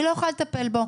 היא לא יכולה לטפל בו.